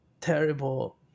terrible